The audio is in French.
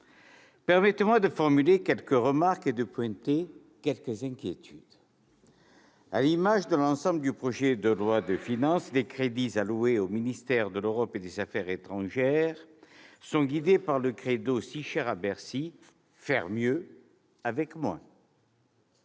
permettez-moi de formuler quelques remarques et de pointer quelques inquiétudes. À l'image de l'ensemble du projet de loi de finances, les crédits alloués au ministère de l'Europe et des affaires étrangères sont guidés par le si cher à Bercy :« Faire mieux, avec moins ».